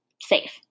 safe